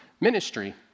ministry